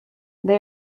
they